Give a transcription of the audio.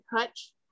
touch